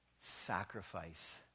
sacrifice